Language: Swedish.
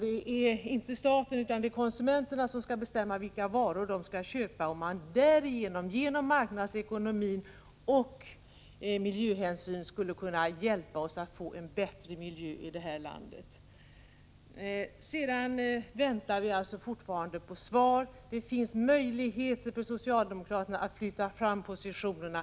Det är ju inte staten som skall bestämma vilka varor man skall köpa. Därigenom skulle marknadsekonomin och miljöhänsynen kunna hjälpa oss att få en bättre miljö i landet. Fortfarande väntar vi alltså på svar. Det finns möjligheter för socialdemokraterna att flytta fram positionerna.